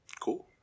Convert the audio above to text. Cool